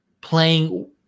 playing